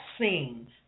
scenes